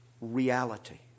reality